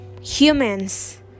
humans